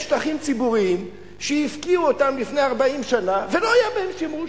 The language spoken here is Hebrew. יש שטחים ציבוריים שהפקיעו אותם לפני 40 שנה ולא היה בהם שימוש.